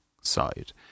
side